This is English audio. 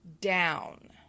down